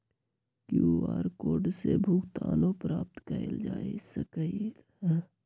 QR code से भुगतानो प्राप्त कएल जा सकल ह